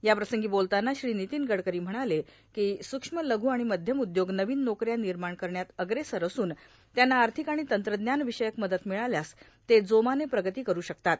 याप्रसंगी बोलताना श्री नितीन गडकरी म्हणाले की सूक्ष्म लघु आणि मध्यम उद्योग नविन नोकऱ्या निर्माण करण्यात अग्रेसर असून त्यांना आर्थिक आणि तंत्रज्ञान विषयक मदत मिळाल्यास ते जोमाने प्रगती करू शकतात